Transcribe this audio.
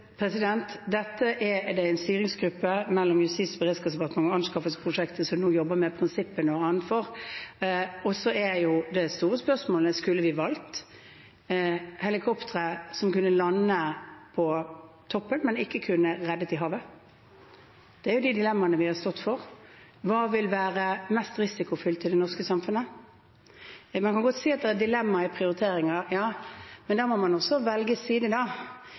Dette er det en styringsgruppe bl.a. i Justis- og beredskapsdepartementet ved anskaffelsesprosjektet som nå jobber med prinsippene o.a. for. Og så er jo det store spørsmålet: Skulle vi valgt helikoptre som kunne lande på toppen, men ikke kunne redde i havet? Det er de dilemmaene vi har stått overfor. Hva vil være mest risikofylt i det norske samfunnet? Man kan godt si at det er dilemmaer i prioriteringen, men da må man også velge side